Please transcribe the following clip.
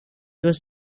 was